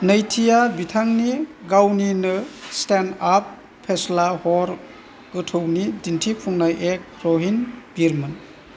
नैथिया बिथांनि गावनिनो स्टैन्ड आप फेस्ला हर गोथौनि दिन्थिफुंनाय एक रहिन भिरमोन